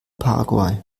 paraguay